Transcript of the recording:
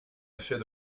effet